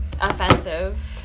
offensive